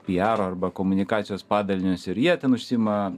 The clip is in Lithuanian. piaro arba komunikacijos padalinius ir jie ten užsiima